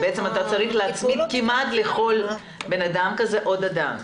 כי בעצם אתה צריך להצמיד כמעט לכל בן אדם כזה עוד אדם,